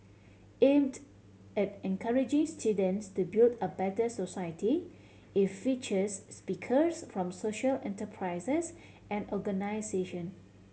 aimed at encouraging students to build a better society it features speakers from social enterprises and organisation